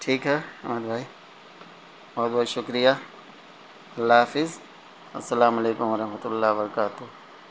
ٹھیک ہے احمد بھائی بہت بہت شکریہ اللہ حافظ السلام علیکم ورحمتہ اللہ وبرکاتہ